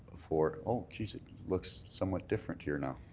for oh, jeez, it looks somewhat different here now.